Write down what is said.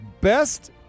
best